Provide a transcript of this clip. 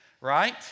right